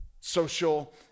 social